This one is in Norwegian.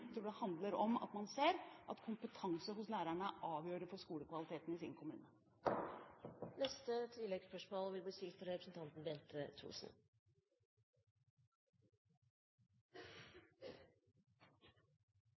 tror det handler om at man ser at kompetanse hos lærerne er avgjørende for skolekvaliteten i sin kommune.